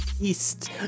east